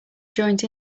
joint